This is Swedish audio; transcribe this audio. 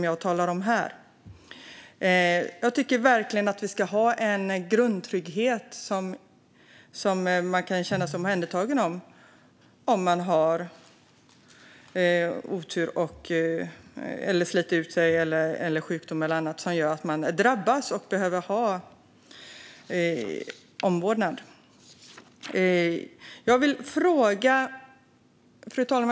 Jag tycker verkligen att vi ska ha en grundtrygghet, så att man kan känna sig omhändertagen om man sliter ut sig eller har oturen att drabbas av sjukdom eller annat som gör att man behöver omvårdnad. Fru talman!